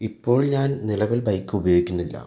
ഇപ്പോൾ ഞാൻ നിലവിൽ ബൈക്ക് ഉപയോഗിക്കുന്നില്ല